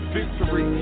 victory